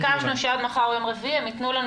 ביקשנו שעד מחר או יום רביעי הם ייתנו לנו